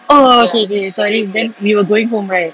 oh okay okay sorry then we were going home right